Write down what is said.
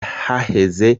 haheze